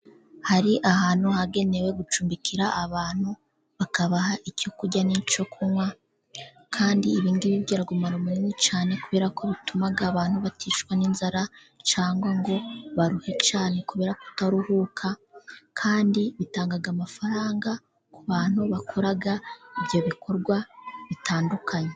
Hari ahantu hagenewe gucumbikira abantu bakabaha icyo kurya n'icyo kunywa, kandi ibi ngibi bigira umumaro munini cyane kuberako bituma abantu baticwa n'inzara, cyangwa ngo baruhe cyane kubera kutaruhuka, kandi bitanga amafaranga ku bantu bakora ibyo bikorwa bitandukanye.